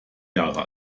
jahre